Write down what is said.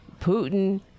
Putin